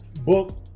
Book